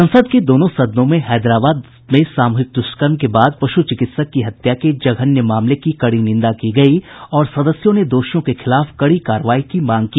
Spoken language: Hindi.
संसद के दोनों सदनों में हैदराबाद में सामूहिक दुष्कर्म के बाद पशु चिकित्सक की हत्या के जघन्य मामले की कड़ी निन्दा की गई और सदस्यों ने दोषियों के खिलाफ कड़ी कार्रवाई की मांग की